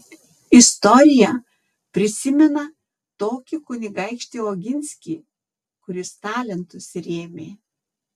istorija prisimena tokį kunigaikštį oginskį kuris talentus rėmė